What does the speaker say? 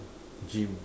gym